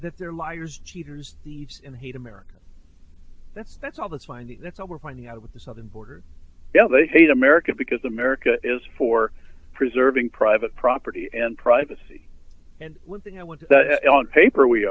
that they're liars cheaters and hate america that's that's all that's fine the we're finding out what the southern border they hate america because america is for preserving private property and privacy and one thing i want on paper we